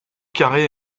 carrée